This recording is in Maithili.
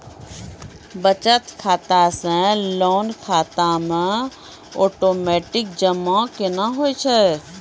बचत खाता से लोन खाता मे ओटोमेटिक जमा केना होय छै?